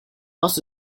else